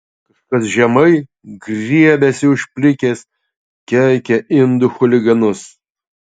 kažkas žemai griebiasi už plikės keikia indų chuliganus